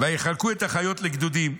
"ויחלקו את החיות לגדודים.